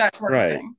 Right